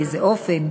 באיזה אופן.